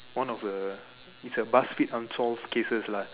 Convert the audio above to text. one of a it's a BuzzFeed unsolved cases lah